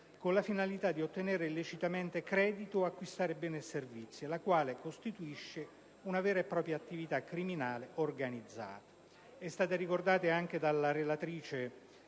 con la finalità di ottenere illecitamente credito e acquistare beni o servizi, la quale costituisce ormai una vera e propria attività criminale organizzata.